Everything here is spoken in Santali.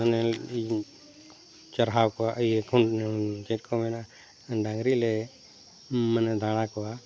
ᱢᱟᱱᱮ ᱤᱭᱟᱹ ᱪᱟᱨᱦᱟᱣ ᱠᱚᱣᱟ ᱤᱭᱟᱹ ᱪᱮᱫ ᱠᱚ ᱢᱮᱱᱟ ᱰᱟᱝᱨᱤᱞᱮ ᱢᱟᱱᱮ ᱫᱟᱬᱟ ᱠᱚᱣᱟ